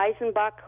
Eisenbach